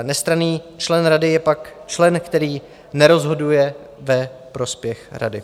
Nestranný člen rady je pak člen, který nerozhoduje ve prospěch rady.